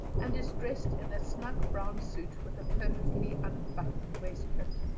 and is dressed in a snug-brown suit, with a perfectly unbuttoned waistcoat,